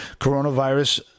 coronavirus